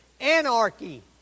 anarchy